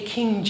King